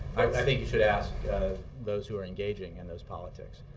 i think you should ask those who are engaging in those politics.